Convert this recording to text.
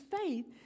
faith